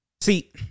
See